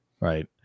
Right